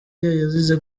yazize